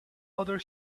other